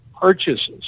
purchases